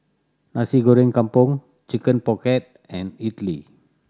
Nasi Goreng Kampung Chicken Pocket and idly